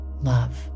love